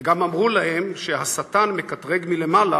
וגם אמרו להם שהשטן מקטרג מלמעלה,